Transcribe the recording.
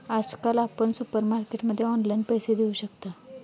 आजकाल आपण सुपरमार्केटमध्ये ऑनलाईन पैसे देऊ शकता